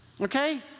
Okay